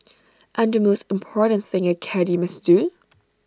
and the most important thing A caddie must do